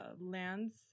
lands